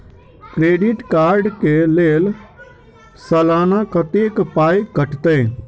Credit card कऽ लेल सलाना कत्तेक पाई कटतै?